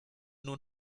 nun